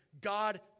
God